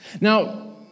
Now